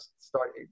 start